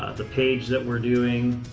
ah the page that we're doing,